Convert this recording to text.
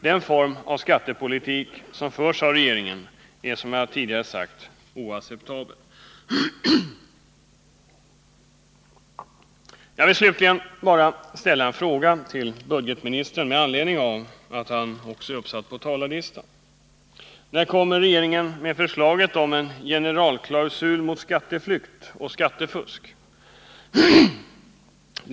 Den form av skattepolitik som förs av regeringen är, som jag tidigare har sagt, oacceptabel. Jag vill slutligen bara ställa en fråga till budgetministern, som ju är uppsatt på talarlistan. När kommer regeringen med ett förslag om en generalklausul mot skatteflykt och skattefusk?